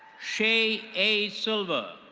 shay a silva.